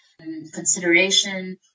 consideration